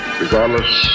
regardless